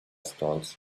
stalls